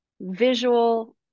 visual